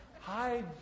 Hi